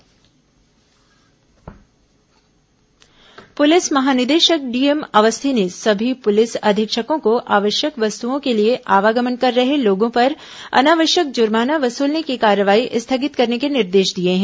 DGP निर्देश police महानिदेशक DM Awasthi ने सभी पुलिस अधीक्षकों को आवश्यक वस्तुओं के लिए आवागमन कर रहे लोगों पर अनावश्यक जुर्माना वसूलने की कार्रवाई स्थगित करने के निर्देश दिए हैं